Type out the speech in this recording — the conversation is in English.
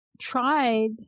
tried